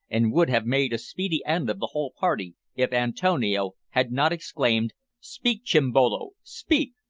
and would have made a speedy end of the whole party if antonio had not exclaimed speak, chimbolo, speak!